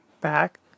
back